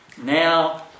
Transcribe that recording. now